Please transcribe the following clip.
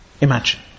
Imagine